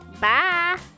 Bye